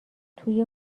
توی